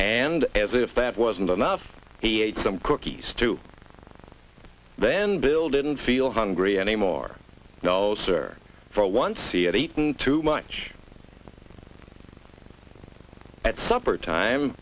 and as if that wasn't enough he ate some cookies to then build and feel hungry anymore now sir for once see it eaten too much at supper time